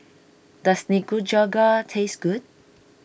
does Nikujaga taste good